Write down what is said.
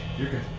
you're good.